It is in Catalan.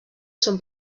són